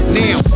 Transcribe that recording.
now